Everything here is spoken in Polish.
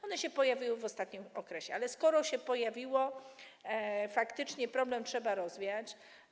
One się pojawiły w ostatnim okresie, ale skoro się pojawiły, faktycznie problem trzeba rozwiązać.